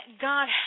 God